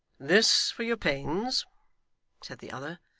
this for your pains said the other,